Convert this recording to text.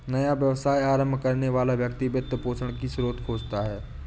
नया व्यवसाय आरंभ करने वाला व्यक्ति वित्त पोषण की स्रोत खोजता है